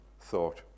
thought